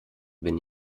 bin